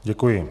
Děkuji.